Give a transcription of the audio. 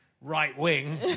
right-wing